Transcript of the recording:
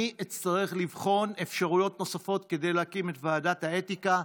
אני אצטרך לבחון אפשרויות נוספות כדי להקים את ועדת האתיקה.